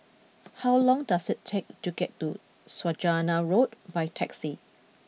how long does it take to get to Saujana Road by taxi